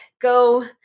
go